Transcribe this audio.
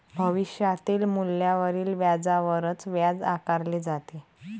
भविष्यातील मूल्यावरील व्याजावरच व्याज आकारले जाते